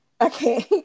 Okay